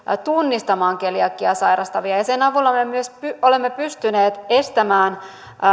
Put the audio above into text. tunnistamaan keliakiaa sairastavia ja sen avulla me myös olemme pystyneet estämään